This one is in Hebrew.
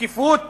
שקיפות